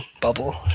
bubble